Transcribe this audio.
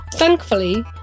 Thankfully